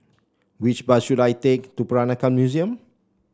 which bus should I take to Peranakan Museum